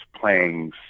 playing